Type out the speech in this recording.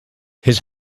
his